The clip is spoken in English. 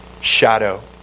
shadow